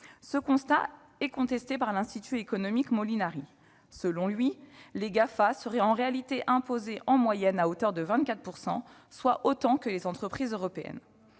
Ce constat est contesté par l'Institut économique Molinari : selon cet organisme, les Gafa seraient en réalité imposés en moyenne à hauteur de 24 %, soit autant que les entreprises européennes.